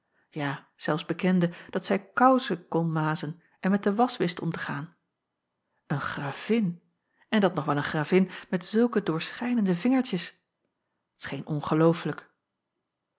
ja zelfs bekende dat zij kousen kon mazen en met de wasch wist om te gaan een gravin en dat nog wel een gravin met zulke doorschijnende vingertjes t scheen ongelooflijk